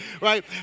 right